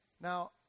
Now